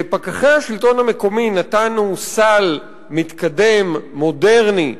לפקחי השלטון המקומי נתנו סל מתקדם, מודרני,